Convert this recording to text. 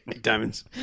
diamonds